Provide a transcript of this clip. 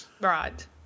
Right